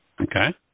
Okay